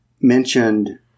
mentioned